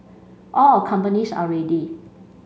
all our companies are ready